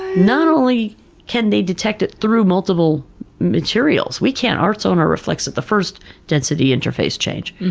not only can they detect it through multiple materials, we can't. our sonar reflects at the first density interface change.